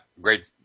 great